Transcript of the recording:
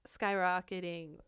skyrocketing